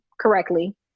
correctly